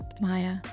Maya